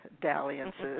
dalliances